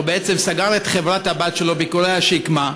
הוא בעצם סגר את חברת-הבת שלו "ביכורי השקמה",